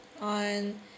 on